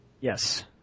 Yes